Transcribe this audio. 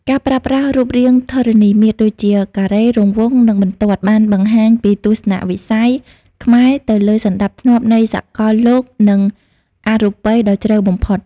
ការប្រើប្រាស់រូបរាងធរណីមាត្រដូចជាការ៉េ រង្វង់ និងបន្ទាត់បានបង្ហាញពីទស្សនៈវិស័យខ្មែរទៅលើសណ្តាប់ធ្នាប់នៃសកលលោកនិងអរូបីដ៏ជ្រៅបំផុត។